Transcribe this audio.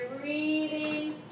breathing